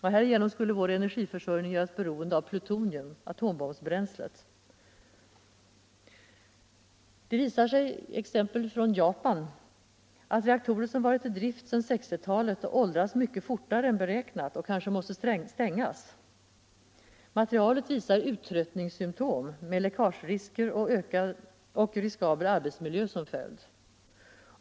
Härigenom skulle vår energiförsörjning göras beroende av plutonium, atombombsbränslet. I Japan har det visat sig att reaktorer som varit i drift sedan 1960-talet åldras mycket fortare än beräknat och kanske måste stängas. Materialet visar uttröttningssymtom med läckagerisker och riskabel arbetsmiljö som följd.